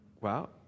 wow